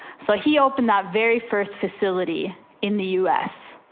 so he opened that very first facility in the us,